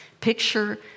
Picture